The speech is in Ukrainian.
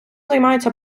займається